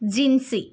Jincy